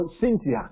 Cynthia